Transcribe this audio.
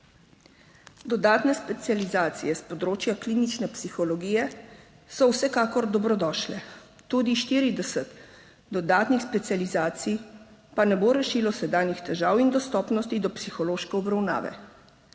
Dodatne specializacije s področja klinične psihologije so vsekakor dobrodošle, tudi 40 dodatnih specializacij pa ne bo rešilo sedanjih težav in dostopnosti do psihološke obravnave.